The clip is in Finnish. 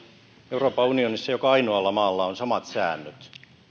euroopan unionissa joka ainoalla maalla on samat säännöt joka